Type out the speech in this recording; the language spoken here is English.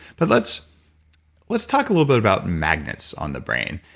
but let's let's talk a little bit about magnets on the brain.